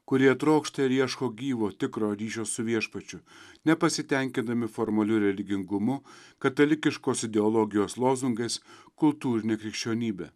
kurie trokšta ir ieško gyvo tikro ryšio su viešpačiu nepasitenkindami formaliu religingumu katalikiškos ideologijos lozungas kultūrinė krikščionybė